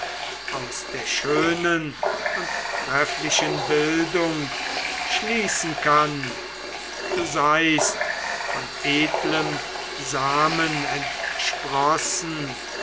aus der schönen und trefflichen bildung schließen kann du seist von edlem samen entsprossen